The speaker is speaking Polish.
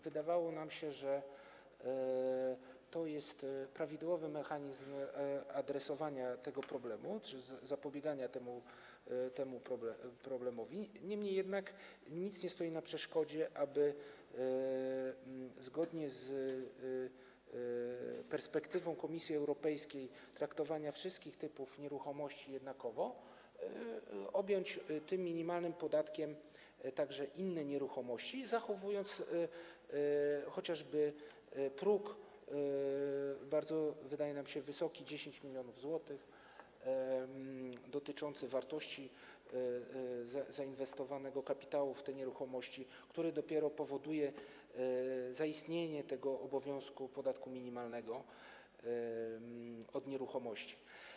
Wydawało nam się, że to jest prawidłowy mechanizm adresowania tego problemu czy zapobiegania temu problemowi, niemniej jednak nic nie stoi na przeszkodzie, aby zgodnie z perspektywą Komisji Europejskiej traktowania wszystkich typów nieruchomości jednakowo objąć tym minimalnym podatkiem także inne nieruchomości, zachowując chociażby bardzo wysoki próg, jak nam się wydaje, 10 mln zł dotyczący wartości kapitału zainwestowanego w te nieruchomości, który dopiero powoduje zaistnienie tego obowiązku podatku minimalnego od nieruchomości.